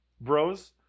bros